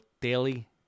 daily